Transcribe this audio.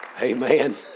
Amen